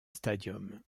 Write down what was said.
stadium